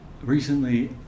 Recently